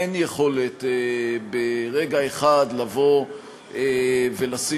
אין יכולת ברגע אחד לבוא ולשים